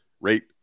Rate